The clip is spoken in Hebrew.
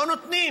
לא נותנים